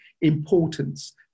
importance